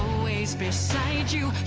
always beside you